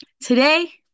Today